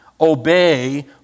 Obey